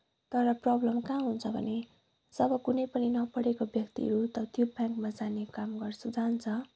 तर प्रब्लम कहाँ हुन्छ भने जब कुनै पनि नपढेको व्यक्तिहरू त्यो ब्याङ्कमा जाने काम गर्छ जान्छ